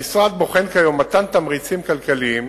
המשרד בוחן כיום מתן תמריצים כלכליים